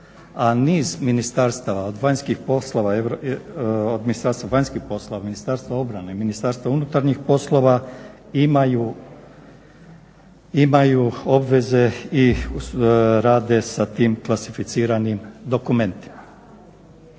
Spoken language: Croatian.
od Ministarstva vanjskih poslova, Ministarstva obrane, Ministarstva unutarnjih poslova imaju obveze i rade sa tim klasificiranim dokumentima.